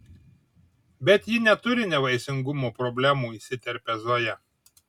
bet ji neturi nevaisingumo problemų įsiterpia zoja